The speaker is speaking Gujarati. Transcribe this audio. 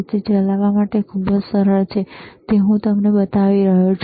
તે ચલાવવા માટે ખૂબ જ સરળ છે તે હું તમને બતાવી રહ્યો છું